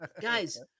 guys